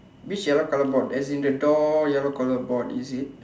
which yellow colour board as in the door yellow colour board is it